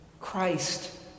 Christ